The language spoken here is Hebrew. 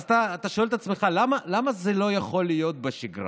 אז אתה שואל את עצמך: למה זה לא יכול להיות בשגרה?